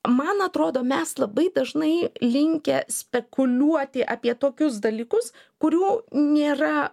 man atrodo mes labai dažnai linkę spekuliuoti apie tokius dalykus kurių nėra